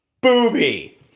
Booby